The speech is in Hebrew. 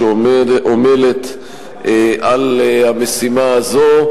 שעמלה על המשימה הזו,